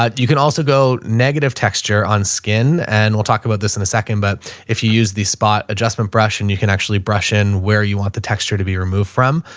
ah you can also go negative texture on skin, and we'll talk about this in a second, but if you use the spot adjustment brush and you can actually brush in where you want the texture to be removed from.